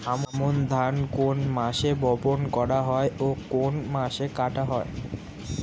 আমন ধান কোন মাসে বপন করা হয় ও কোন মাসে কাটা হয়?